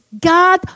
God